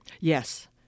Yes